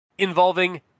involving